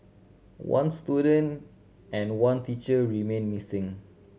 one student and one teacher remain missing